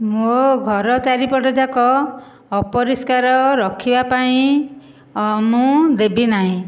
ମୋ ଘର ଚାରିପଟ ଯାକ ଅପରିଷ୍କାର ରଖିବା ପାଇଁ ମୁଁ ଦେବି ନାହିଁ